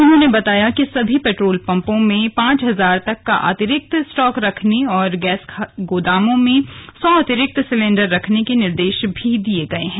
उन्होंने बताया कि सभी पेट्रोल पंपों में पांच हजार तक का अतिरिक्त स्टॉक रखने और गैस गोदामों में सौ अतिरिक्त सिलेण्डर रखने के निर्देश भी दिये गए हैं